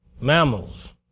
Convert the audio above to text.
mammals